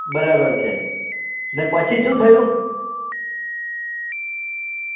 બરાબર છે ને પછી શું થયું